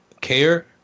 care